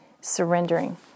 Surrendering